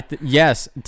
Yes